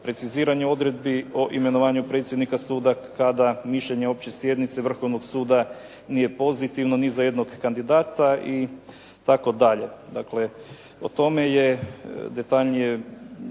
preciziranje odredbi o imenovanju predsjednika suda kada mišljenje opće sjednice Vrhovnog suda nije pozitivno ni za jednog kandidata itd. Dakle, o tome je detaljnije